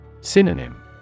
Synonym